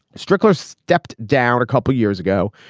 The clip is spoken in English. strickler stepped down a couple of years ago.